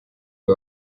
uyu